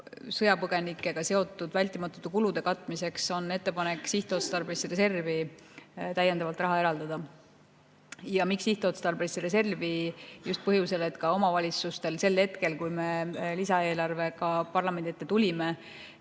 sõjapõgenikega seotud vältimatute kulude katmiseks on ettepanek sihtotstarbelisse reservi täiendavalt raha eraldada. Miks sihtotstarbelisse reservi? Just põhjusel, et ka omavalitsustel oli siis, kui me lisaeelarvega parlamendi ette tulime,